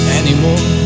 anymore